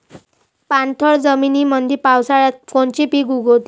पाणथळ जमीनीमंदी पावसाळ्यात कोनचे पिक उगवते?